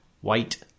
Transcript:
White